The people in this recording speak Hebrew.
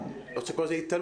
אני לא רוצה לקרוא לזה התעלמות,